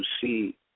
see